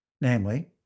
namely